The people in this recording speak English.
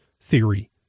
theory